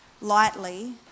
lightly